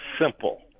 simple